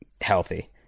healthy